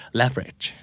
leverage